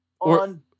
on